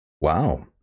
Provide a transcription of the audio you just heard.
wow